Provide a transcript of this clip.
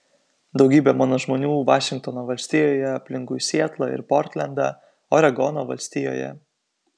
daugybė mano žmonių vašingtono valstijoje aplinkui sietlą ir portlendą oregono valstijoje